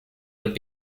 would